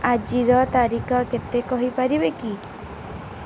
ଆଜିର ତାରିଖ କେତେ କହିପାରିବେ କି